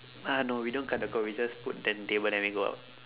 uh no we don't cut the call we just put then table then we go out